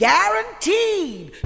Guaranteed